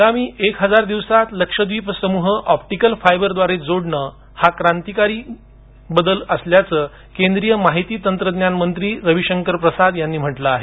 आगामी एक हजार दिवसांत लक्ष द्वीप समूह ऑप्टिकल फायबरद्वारे जोडणं हा क्रांतिकारी बदल घडणार असल्याचं केंद्रीय माहिती तंत्रज्ञान मंत्री रविशंकर प्रसाद यांनी म्हटलं आहे